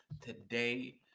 today